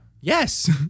Yes